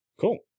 Cool